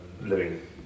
living